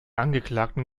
angeklagten